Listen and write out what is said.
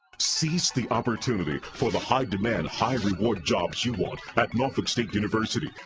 seize the opportunity for the high demand, high reward jobs you want at norfolk state university.